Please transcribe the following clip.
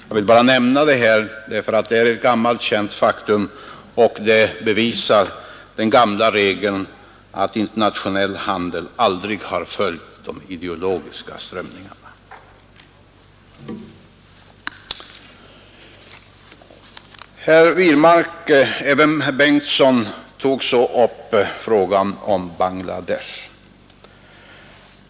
Jag vill bara nämna detta, ty det är ett faktum som bekräftar den gamla regeln att internationell handel aldrig följt de ideologiska strömningarna. Herr Wirmark och även herr förste vice talmannen Bengtson tog så upp frågan om Bangladesh.